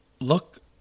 look